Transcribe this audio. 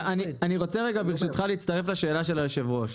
ברשותך, אני רוצה להצטרף לשאלת היושב ראש.